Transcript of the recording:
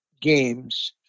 games